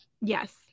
Yes